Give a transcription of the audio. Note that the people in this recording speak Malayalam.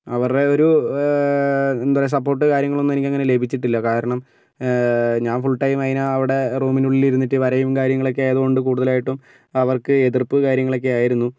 അവരുടെ ഒരു എന്താ പറയുക സപ്പോര്ട്ട് കാര്യങ്ങള് ഒന്നും എനിക്ക് അങ്ങനെ ലഭിച്ചിട്ടില്ല കാരണം ഞാന് ഫുള്ടൈം അതിന് അവിടെ റൂമിലിരുന്നിട്ട് വരയും കാര്യങ്ങളും ഒക്കെ ആയതുകൊണ്ട് കൂടുതലായിട്ടും അവര്ക്ക് എതിര്പ്പ് കാര്യങ്ങളൊക്കെയായിരുന്നു